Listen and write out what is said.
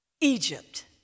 Egypt